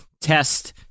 test